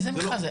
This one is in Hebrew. איזה מכרז זה?